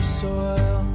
soil